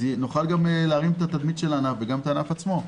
נוכל גם להרים את התדמית של הענף וגם את הענף עצמו.